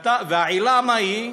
והעילה, מהי?